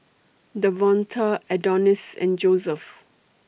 Davonta Adonis and Josef